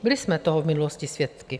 Byli jsme toho v minulosti svědky.